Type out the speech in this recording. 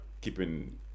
keeping